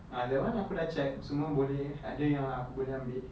uh that one aku dah check semua boleh ada yang aku boleh ambil